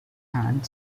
hand